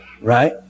Right